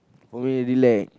for me relax